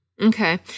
Okay